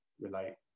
relate